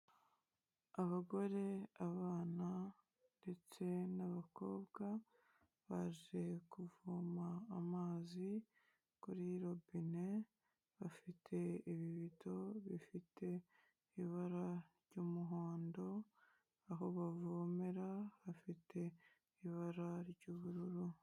Abagore, abana ndetse n'abakobwa. Baje kuvoma amazi kuri robine, bafite ibibido bifite ibara ry'umuhondo aho bavomera hafite ibara ry'ubururu.